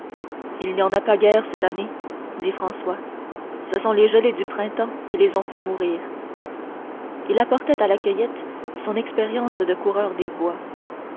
il n'y en a pas guère cette année dit françois ce sont les gelées de printemps qui les ont fait mourir il apportait à la cueillette son expérience de coureur de bois